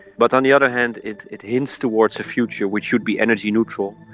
but on the other hand it it hints towards a future which should be energy neutral,